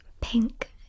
pink